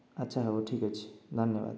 ଆଚ୍ଛା ହେଉ ଠିକ ଅଛି ଧନ୍ୟବାଦ